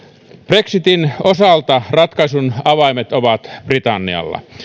brexitin osalta ratkaisun avaimet ovat britannialla